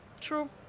True